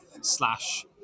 slash